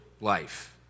life